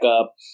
up